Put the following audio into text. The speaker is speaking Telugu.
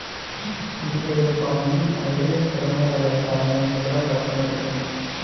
ఇంటిగ్రేటెడ్ ఫార్మింగ్ అనేది స్థిరమైన వ్యవసాయాన్ని అందించడం లక్ష్యంగా పెట్టుకుంది